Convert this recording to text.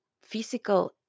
physical